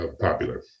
popular